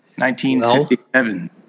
1957